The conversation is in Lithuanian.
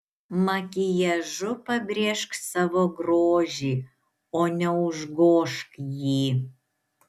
makiažu pabrėžk savo grožį o ne užgožk jį